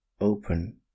open